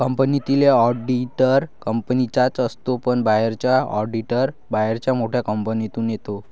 कंपनीतील ऑडिटर कंपनीचाच असतो पण बाहेरचा ऑडिटर बाहेरच्या मोठ्या कंपनीतून येतो